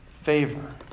favor